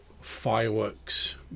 Fireworks